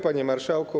Panie Marszałku!